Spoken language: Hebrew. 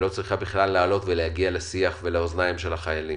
לא צריכה בכלל להגיע לשיח ולאוזניים של החיילים.